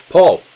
Paul